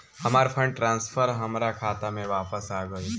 हमार fund transfer हमार खाता में वापस आ गइल